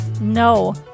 No